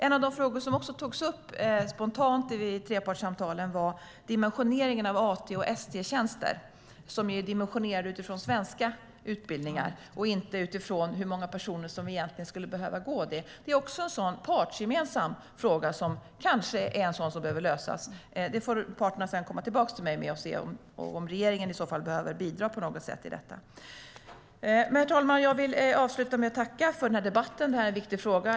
En av de frågor som också togs upp spontant vid trepartssamtalen var dimensioneringen av AT och ST-tjänster, som är dimensionerade utifrån svenska utbildningar och inte utifrån hur många personer som egentligen skulle behöva dessa tjänster. Det är också en partsgemensam fråga som kanske behöver lösas. Parterna får komma tillbaka till mig om regeringen i så fall behöver bidra på något sätt i detta. Herr talman! Jag vill avsluta med att tacka för denna debatt. Detta är en viktig fråga.